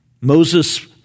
Moses